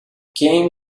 came